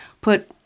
put